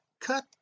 cut